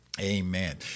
Amen